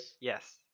yes